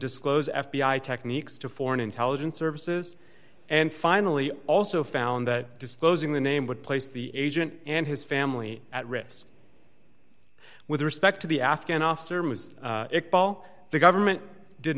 disclose f b i techniques to foreign intelligence services and finally also found that disclosing the name would place the agent and his family at risk with respect to the afghan officer was it paul the government did